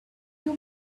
you